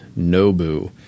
Nobu